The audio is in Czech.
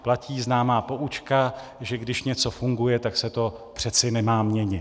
Platí známá poučka, že když něco funguje, tak se to přeci nemá měnit.